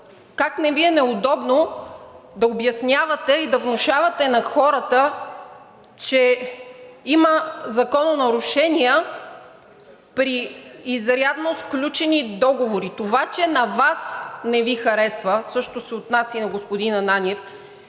Как не Ви е неудобно да обяснявате и да внушавате на хората, че има закононарушения при изрядно сключени договори. Това, че на Вас не Ви харесва, същото се отнася и за господин Ананиев